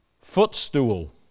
footstool